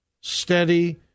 steady